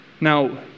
Now